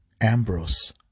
Ambrose